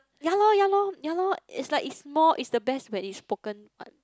ya loh ya loh ya loh it's like it's more it's the best when it's spoken what